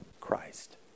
Christ